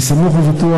אני סמוך ובטוח,